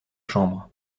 chambre